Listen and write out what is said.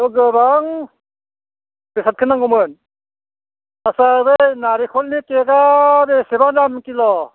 गोबां बेसादखौ नांगौमोन आत्सा बै नारेखलनि केका बेसेबा दाम किल'